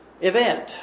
event